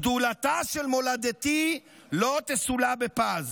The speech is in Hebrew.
גדולתה של מולדתי לא תסולא בפז.